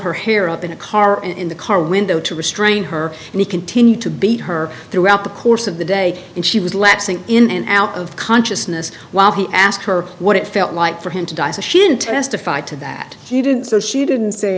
her hair up in a car and in the car window to restrain her and he continued to beat her throughout the course of the day and she was lapsing in and out of consciousness while he asked her what it felt like for him to die and she didn't testify to that he did so she didn't say